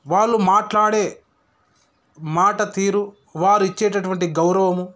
వాళ్ళు మాట్లాడే మాట తీరు వారు ఇచ్చేటటువంటి గౌరవము